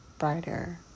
Brighter